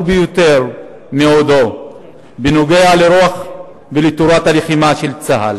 ביותר שהיה מעודו בנוגע לרוח הלחימה ולתורת הלחימה של צה"ל.